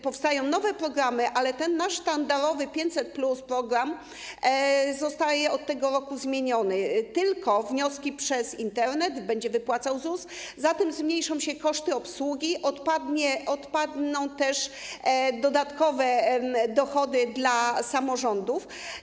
Powstają nowe programy, ale ten nasz sztandarowy program 500+ zostaje od tego roku zmieniony: tylko wnioski przez Internet, będzie wypłacał ZUS, zatem zmniejszą się koszty obsługi, odpadną też dodatkowe dochody dla samorządów.